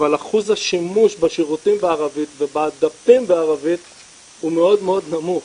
אבל אחוז השימוש בשירותים בערבים ובדפים בערבים הוא מאוד מאוד נמוך.